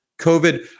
COVID